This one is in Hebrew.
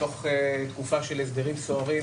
בתוך תקופה של הסדרים סוערים,